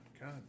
God